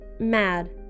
Mad